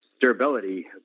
durability